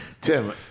Tim